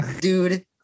dude